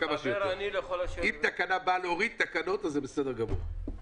אם תקנה באה להוריד תקנות אז זה בסדר גמור.